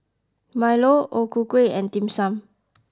Milo O Ku Kueh and Dim Sum